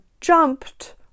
jumped